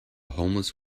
homeless